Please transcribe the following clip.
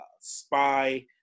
spy